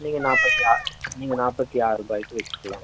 நீங்கள் நாற்பத்தி ஆ நீங்கள் நாற்பத்தி ஆறுரூபாய்க்கு வெச்சுக்கலாம்